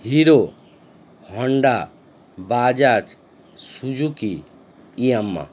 hero Honda Bajaj Suzuki ইয়াম্মা